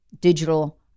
digital